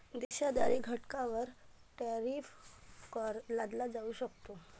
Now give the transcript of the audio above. देशाद्वारे घटकांवर टॅरिफ कर लादला जाऊ शकतो